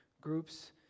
groups